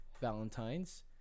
Valentine's